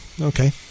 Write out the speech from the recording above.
Okay